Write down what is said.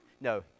No